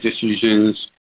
decisions